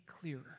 clearer